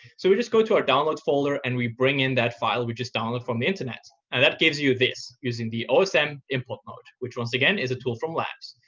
so we just go to our download folder and we bring in that file we just download from the internet. and that gives you this using the osm input mode, which, once again, is a tool from labs.